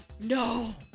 No